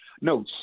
No